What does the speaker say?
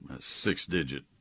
six-digit